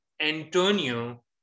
Antonio